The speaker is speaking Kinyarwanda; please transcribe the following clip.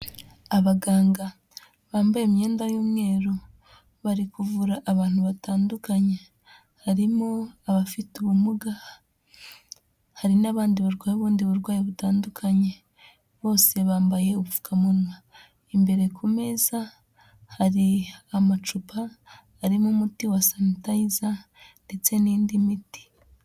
Abaganga bambaye imyenda y'umweru, bari kuvura abantu batandukanye, harimo abafite ubumuga, hari n'abandi barwaye ubundi burwayi butandukanye, bose bambaye ubupfukamunwa. Imbere ku meza hari amacupa arimo umuti wa sanitayiza ndetse n'indi miti.